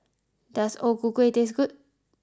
does o ku kueh taste good